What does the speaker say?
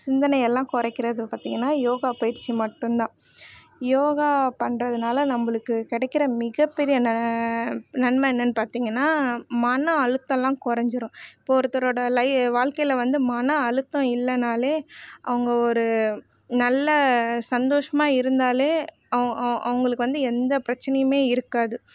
சிந்தனை எல்லாம் குறைக்கிறது பார்த்தீங்கன்னா யோகா பயிற்சி மட்டும்தான் யோகா பண்றதுனால் நம்மளுக்கு கிடைக்கிற மிகப்பெரிய நன்மை என்னென்னு பார்த்தீங்கன்னா மன அழுத்தல்லாம் கொறஞ்சுரும் இப்போ ஒருத்தரோடய லை வாழ்க்கைல வந்து மன அழுத்தம் இல்லைன்னாலே அவங்க ஒரு நல்ல சந்தோஷமாக இருந்தாலே அவங் அவங் அவங்களுக்கு வந்து எந்த பிரச்சினையுமே இருக்காது